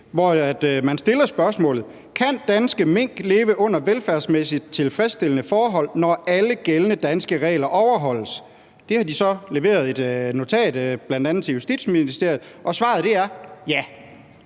hvor man stiller spørgsmålet: »Kan danske mink leve under velfærdsmæssigt tilfredsstillende forhold, når alle gældende danske regler overholdes?« Det har de så leveret et notat om til bl.a. Justitsministeriet, og svaret er ja.